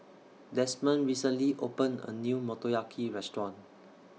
Desmond recently opened A New Motoyaki Restaurant